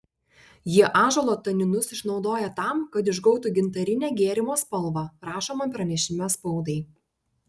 jie ąžuolo taninus išnaudoja tam kad išgautų gintarinę gėrimo spalvą rašoma pranešime spaudai